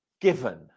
given